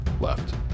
Left